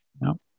No